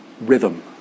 rhythm